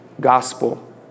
gospel